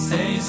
Say